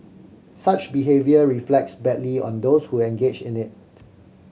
such behaviour reflects badly on those who engage in it